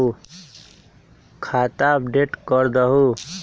खाता अपडेट करदहु?